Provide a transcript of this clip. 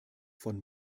von